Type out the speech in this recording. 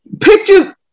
pictures